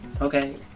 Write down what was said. Okay